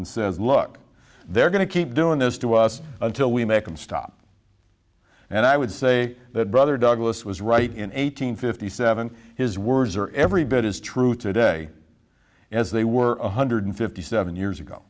and says look they're going to keep doing this to us until we make them stop and i would say that brother douglas was right in eight hundred fifty seven his words are every bit as true today as they were one hundred fifty seven years ago